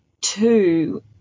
two